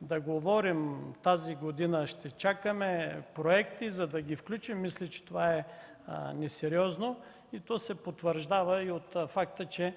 да говорим, че тази година ще чакаме проекти, за да ги включим, мисля за несериозно, и то се потвърждава и от факта, че